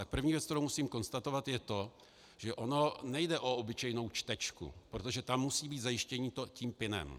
První věc, kterou musím konstatovat, je to, že ono nejde o obyčejnou čtečku, protože tam musí být zajištění tím pinem.